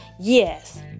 Yes